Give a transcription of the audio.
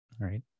right